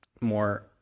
more